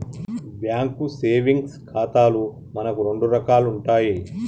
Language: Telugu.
బ్యాంకు సేవింగ్స్ ఖాతాలు మనకు రెండు రకాలు ఉంటాయి